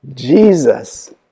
Jesus